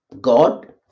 God